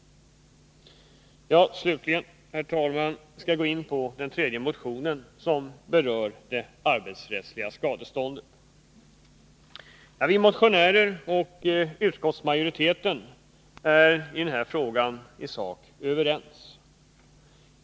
Slutligen, herr talman, skall jag gå in på den tredje motionen, som berör det arbetsrättsliga skadeståndet. Vi motionärer och utskottsmajoriteten är häri sak överens.